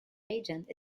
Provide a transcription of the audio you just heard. agent